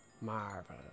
marvel